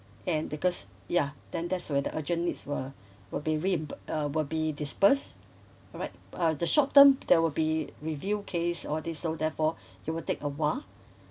and because ya then that's where the urgent needs will will be reimburse uh will be dispersed alright uh the short term there will be review case all these so therefore it will take awhile